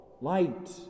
light